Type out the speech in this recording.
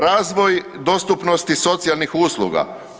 Razvoj dostupnosti socijalnih usluga.